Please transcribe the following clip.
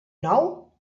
nou